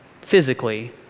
physically